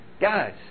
Guys